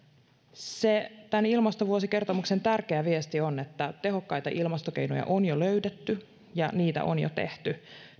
tämän ilmastovuosikertomuksen tärkeä viesti on että tehokkaita ilmastokeinoja on jo löydetty ja niitä on jo tehty